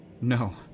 No